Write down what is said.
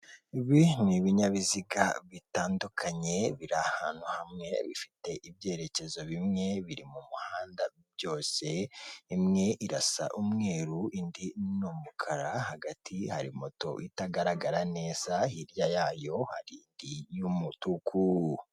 Ibi ni ibinyabiziga bitandukanye biri ahantu hamwe bifite ibyerekezo bimwe biri mu muhanda byose imwe irasa umweru indi n'umukara hagati hari moto itagaragara neza hirya yayo hari indi y'umutuku.